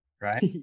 Right